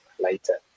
later